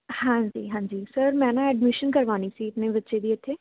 ਹਾਂਜੀ ਹਾਂਜੀ ਸਰ ਮੈਂ ਨਾ ਐਡਮਿਸ਼ਨ ਕਰਵਾਉਣੀ ਸੀ ਆਪਣੇ ਬੱਚੇ ਦੀ ਇੱਥੇ